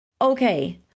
Okay